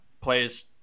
plays